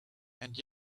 and